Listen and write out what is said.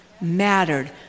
mattered